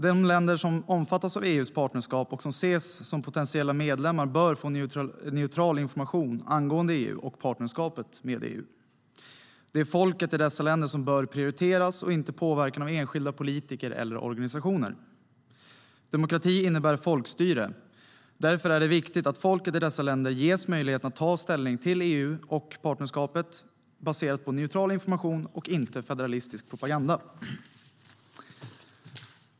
De länder som omfattas av EU:s partnerskap, och som ses som potentiella medlemmar, bör få neutral information angående EU och partnerskapet med EU. Det är folket i dessa länder som bör prioriteras och inte påverkan av enskilda politiker eller organisationer. Demokrati innebär folkstyre. Därför är det viktigt att folket i dessa länder ges möjlighet att ta ställning till EU och partnerskapet baserat på neutral information och inte federalistisk propaganda.